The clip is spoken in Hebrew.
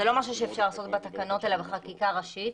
זה לא משהו שאפשר לעשות בתקנות אלא בחקיקה ראשית.